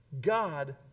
God